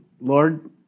Lord